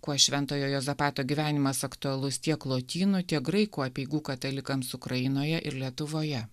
kuo šventojo juozapato gyvenimas aktualus tiek lotynų tiek graikų apeigų katalikams ukrainoje ir lietuvoje